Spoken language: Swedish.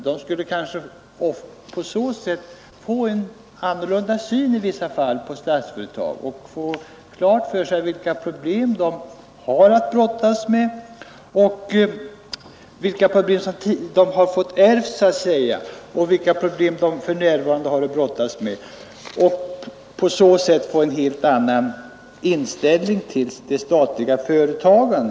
De skulle kanske på så sätt få en annorlunda syn i vissa fall på Statsföretag och få klart för sig vilka problem som företaget har ärvt så att säga och vilka problem som det för närvarande brottas med. På så sätt skulle de kanske få en helt annan inställning till de statliga företagen.